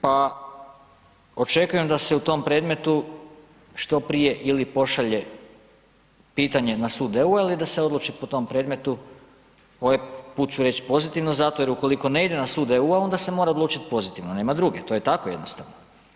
Pa očekujem da se u tom predmetu što prije ili pošalje pitanje na sud EU-a ili da se odluči po tom predmetu ovaj put ću reći pozitivno zato jer ukoliko ne ide na sud EU-a onda se mora odlučiti pozitivno nema druge to je tako jednostavno.